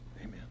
Amen